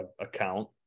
account